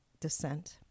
descent